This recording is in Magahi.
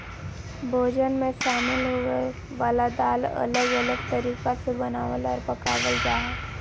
भोजन मे शामिल होवय वला दाल अलग अलग तरीका से बनावल आर पकावल जा हय